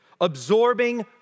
absorbing